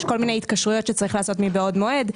.יש כל מיני התקשרויות שצריך לעשות מבעוד מועד.